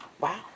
Wow